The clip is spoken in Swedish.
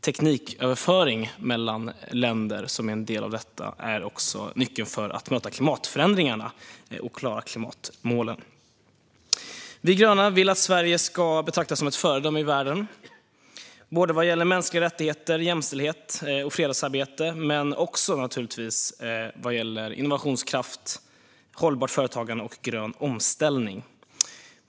Tekniköverföring mellan länder, vilket är en del av detta, är också nyckeln i att möta klimatförändringarna och klara klimatmålen. Vi gröna vill att Sverige ska betraktas som ett föredöme i världen inte bara vad gäller mänskliga rättigheter, jämställdhet och fredsarbete utan - naturligtvis - även vad gäller innovationskraft, hållbart företagande och grön omställning.